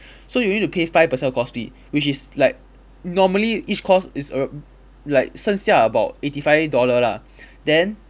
so you need to pay five percent of course fee which is like normally each course is ar~ like 剩下 about eighty five dollar lah then